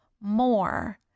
more